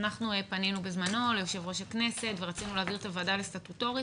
אנחנו פנינו בזמנו ליושב-ראש הכנסת ורצינו להעביר את הוועדה לסטטוטורית.